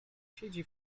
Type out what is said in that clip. siedzi